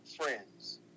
friends